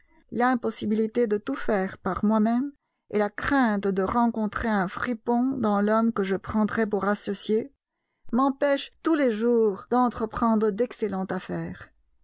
l'impossibilité de tout faire par moi-même et la crainte de rencontrer un fripon dans l'homme que je prendrais pour associé m'empêchent tous les jours d'entreprendre d'excellentes affaires